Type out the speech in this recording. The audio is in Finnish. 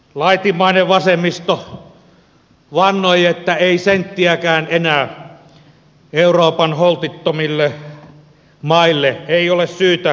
laitimmainen vasemmisto vannoi että ei senttiäkään enää euroopan holtittomille maille ei ole syytä pelastaa pankkeja